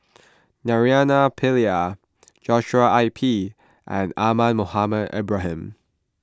Naraina Pillai Joshua I P and Ahmad Mohamed Ibrahim